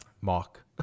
Mark